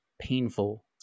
painful